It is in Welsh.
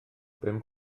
bum